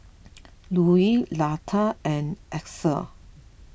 Louie Luther and Axel